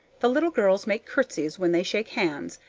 the little girls make curtseys when they shake hands,